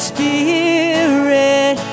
Spirit